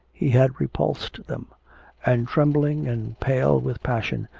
he had repulsed them and trembling and pale with passion,